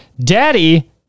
daddy